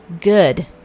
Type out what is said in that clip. good